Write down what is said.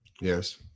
Yes